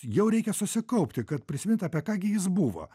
jau reikia susikaupti kad prisimint apie ką gi jis buvo